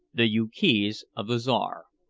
the ukase of the czar.